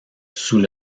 sous